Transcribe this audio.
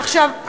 עכשיו,